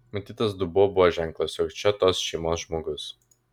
matyt tas dubuo buvo ženklas jog čia tos šeimos žmogus